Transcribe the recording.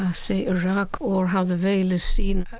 ah say, iraq or how the veil is seen,